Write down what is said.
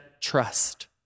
trust